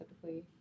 typically